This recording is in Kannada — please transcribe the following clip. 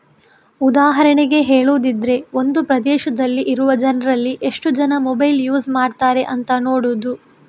ಉದಾಹರಣೆಗೆ ಹೇಳುದಿದ್ರೆ ಒಂದು ಪ್ರದೇಶದಲ್ಲಿ ಇರುವ ಜನ್ರಲ್ಲಿ ಎಷ್ಟು ಜನ ಮೊಬೈಲ್ ಯೂಸ್ ಮಾಡ್ತಾರೆ ಅಂತ ನೋಡುದು